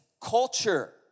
culture